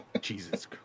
Jesus